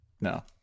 no